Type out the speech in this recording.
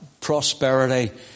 prosperity